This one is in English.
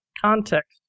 context